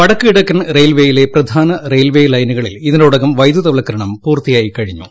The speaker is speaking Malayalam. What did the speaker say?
വടക്കു കിഴക്കൻ റെയിൽവേയിലെ പ്രധാന റെയിൽ ലൈനുകളിൽ ഇതിനോടകം വൈദ്യുതവൽക്കരണം പൂർത്തിയായിക്കഴിഞ്ഞു